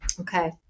Okay